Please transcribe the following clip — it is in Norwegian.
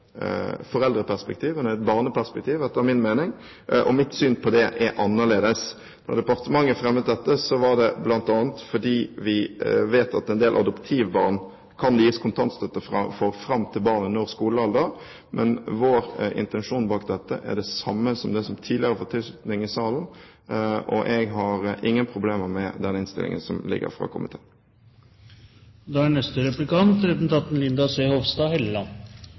et barneperspektiv, etter min mening. Mitt syn på det er annerledes. Det at departementet fremmet dette, var bl.a. fordi vi vet at for en del adoptivbarn kan det gis kontantstøtte fram til barnet når skolealder. Men vår intensjon bak dette er det samme som det som tidligere har fått tilslutning i salen, og jeg har ingen problemer med den innstillingen som foreligger fra komiteen. Jeg forstår det slik at det er